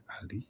Ali